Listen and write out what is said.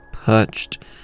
perched